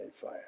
fire